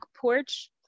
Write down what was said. porch